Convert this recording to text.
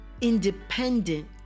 Independent